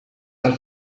dal